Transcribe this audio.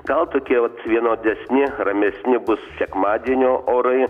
gal tokie vat vienodesni ramesni bus sekmadienio orai